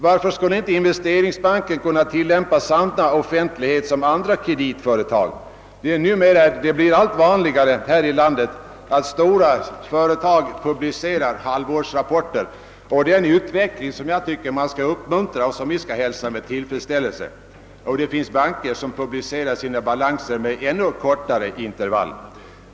Varför skulle inte Investeringsbanken kunna tillämpa samma principer för offentlighet som andra kreditföretag? Det blir allt vanligare här i landet att stora företag publicerar halvårsrapporter. Detta är en utveckling som jag tycker man bör uppmuntra och som vi hälsar med tillfredsställelse. Det finns banker som publicerar sina balanser med ännu «kortare intervall.